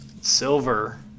Silver